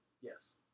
Yes